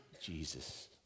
Jesus